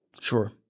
sure